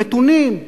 מתונים,